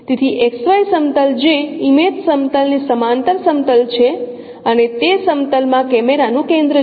તેથી XY સમતલ જે ઇમેજ સમતલ ની સમાંતર સમતલ છે અને તે સમતલ માં કેમેરા નું કેન્દ્ર છે